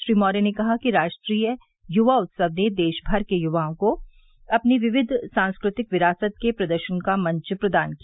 श्री मौर्य ने कहा कि राष्ट्रीय यूवा उत्सव ने देश भर के युवाओं को अपनी विविध सांस्कृतिक विरासत के प्रदर्शन का मंच प्रदान किया